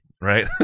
right